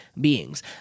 beings